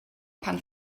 pan